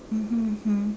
mmhmm mmhmm